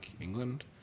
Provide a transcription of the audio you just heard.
England